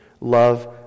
love